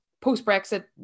post-Brexit